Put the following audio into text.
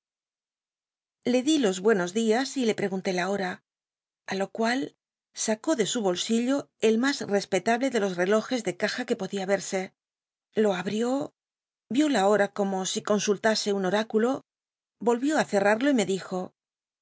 le di los buenos tlias y le pregunté la hoi'a i lo cual acú de su boj iijo el ma rc pclahlr tk los relojes de caja nc podia wl l lo abriú úú la hora como si consultase un cu iculo ohió ce rrarlo y me dijo